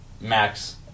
max